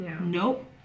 nope